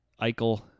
Eichel